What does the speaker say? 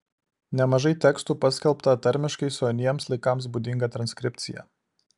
nemažai tekstų paskelbta tarmiškai su aniems laikams būdinga transkripcija